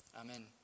Amen